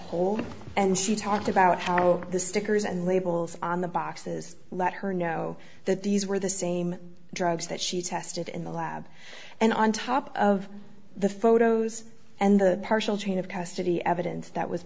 whole and she talked about how the stickers and labels on the boxes let her know that these were the same drugs that she tested in the lab and on top of the photos and the partial chain of custody evidence that